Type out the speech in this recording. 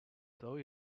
though